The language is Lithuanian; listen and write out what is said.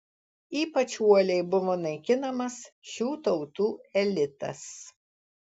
ypač uoliai buvo naikinamas šių tautų elitas